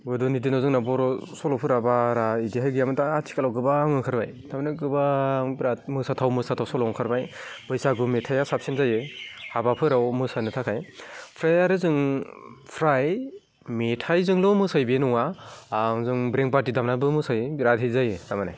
गोदोनि दिनाव जोंना बर' सल'फोरा बारा बिदिहाय गैयामोन दा आथिखालाव गोबां ओंखारबाय थारमाने गोबां बिराथ मोसाथाव मोसाथाव सल' ओंखारबाय बैसागु मेथाइआ साबसिन जायो हाबाफोराव मोसानो थाखाय ओमफ्राय आरो जों फ्राय मेथाइजोंल' मोसायो बे नङा आं जों बेम फारथि दामनानैबो मोसायो बिरात हित जायो थारमाने